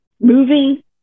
moving